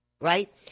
right